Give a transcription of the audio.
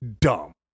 dumb